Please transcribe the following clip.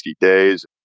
days